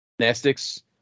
Gymnastics